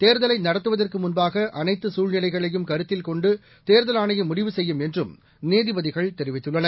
தேர்தலை நடத்துவதற்கு முன்பாக அனைத்து சூழ்நிலைகளையும் கருத்தில் கொண்ட தேர்தல் ஆணையம் முடிவு செய்யும் என்றும் நீதிபதிகள் தெரிவித்துள்ளனர்